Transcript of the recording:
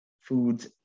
Foods